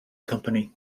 company